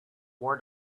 war